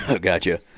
Gotcha